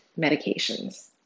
medications